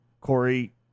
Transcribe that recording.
Corey